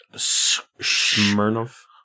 Smirnov